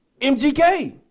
MGK